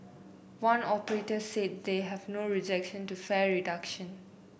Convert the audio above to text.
one operator said they have no objection to fare reduction